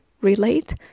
relate